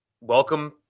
welcome